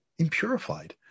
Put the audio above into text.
impurified